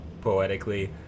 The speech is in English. poetically